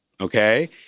Okay